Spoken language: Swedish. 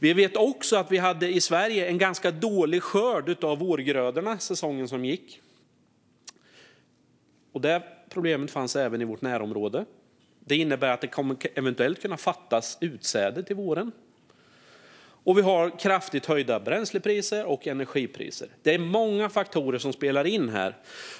Vi vet också att vi i Sverige hade en ganska dålig skörd av vårgrödorna säsongen som gick. Det problemet fanns även i vårt närområde. Det innebär att det eventuellt kommer att fattas utsäde till våren. Vi har även kraftigt höjda bränslepriser och energipriser. Det är många faktorer som spelar in här.